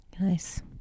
Nice